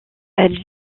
elle